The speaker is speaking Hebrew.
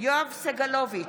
יואב סגלוביץ'